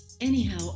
anyhow